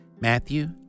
Matthew